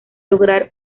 lograr